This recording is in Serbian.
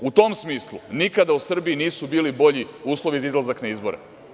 U tom smislu, nikada u Srbiji nisu bili bolji uslovi za izlazak na izbore.